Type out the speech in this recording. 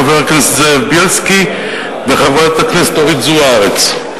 חבר הכנסת זאב בילסקי וחברת הכנסת אורית זוארץ,